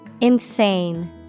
Insane